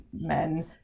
men